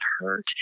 hurt